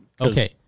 Okay